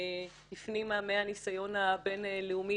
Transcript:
הפנימה מהניסיון הבין-לאומי,